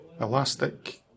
elastic